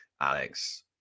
Alex